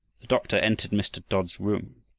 the doctor entered mr. dodd's room.